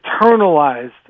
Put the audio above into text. internalized